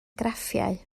graffiau